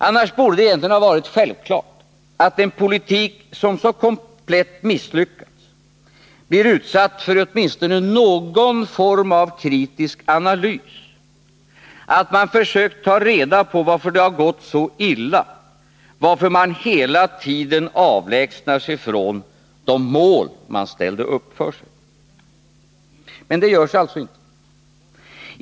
Annars borde det egentligen ha varit självklart att en politik som så komplett misslyckats blir utsatt för åtminstone någon form av kritisk analys, att man försökt ta reda på varför det gått så illa, varför man hela tiden avlägsnar sig från de mål man ställde upp först. Men det görs alltså inte.